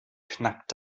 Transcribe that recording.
knackt